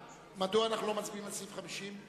מדוע אנחנו לא מצביעים על סעיף 50?